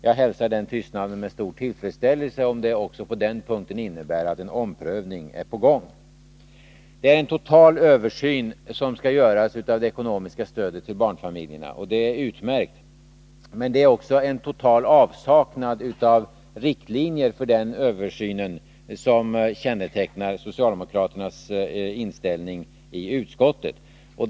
Jag hälsar denna tystnad med stor tillfredsställelse, om det innebär att en omprövning också på den punkten är på gång. Det är en total översyn som skall göras av det ekonomiska stödet till barnfamiljerna, och det är utmärkt. Men det som kännetecknar socialdemokraternas inställning i utskottet är en total avsaknad av riktlinjer för den översynen.